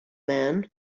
man